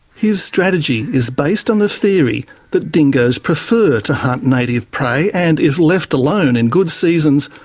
his strategy is based on the theory that dingoes prefer to hunt native prey and, if left alone in good seasons,